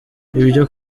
ibyo